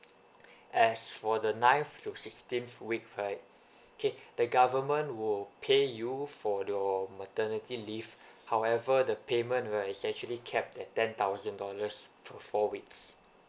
as for the ninth to sixteenth week right okay the government will pay you for your maternity leave however the payment right it's actually capped at ten thousand dollars for four weeks